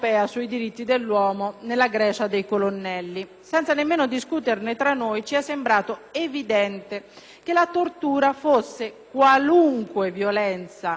Senza nemmeno discuterne tra noi, ci è sembrato evidente che la tortura fosse qualunque violenza o coercizione, fisica o